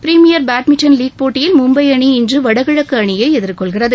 premier badminton league போட்டியில் மும்பை அணி இன்று வடகிழக்கு அணியை எதிர்கொள்கிறது